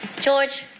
George